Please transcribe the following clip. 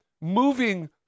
moving